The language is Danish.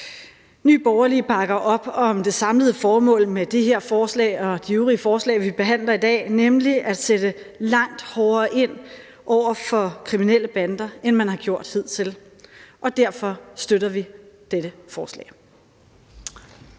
Nye Borgerlige bakker op om det samlede formål med det her forslag og de øvrige forslag, vi behandler i dag, nemlig at sætte langt hårdere ind over for kriminelle bander, end man har gjort hidtil. Derfor støtter vi dette forslag.